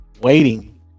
waiting